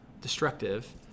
destructive